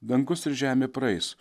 dangus ir žemė praeis